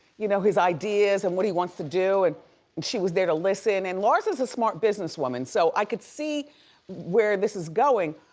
you know his ideas and what he wants to do. and she was there to listen. and larsa's a smart businesswoman so i could see where this is going.